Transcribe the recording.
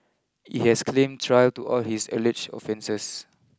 he has claim trial to all his alleged offences